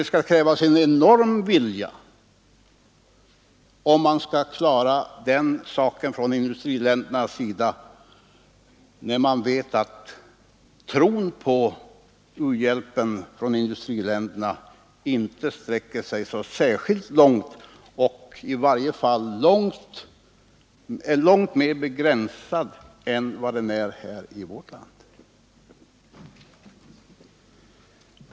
Det krävs nämligen en enorm vilja från industriländernas sida för att klara den saken, och man vet att industriländernas tro på u-hjälpen inte sträcker sig särskilt långt; den är i varje fall mycket mer begränsad än vad den är här i vårt land.